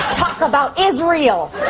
talk about israel.